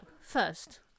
first